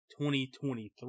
2023